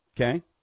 Okay